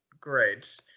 Great